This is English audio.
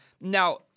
Now